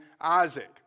Isaac